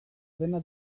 dena